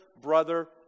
brother